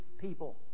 people